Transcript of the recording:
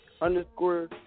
underscore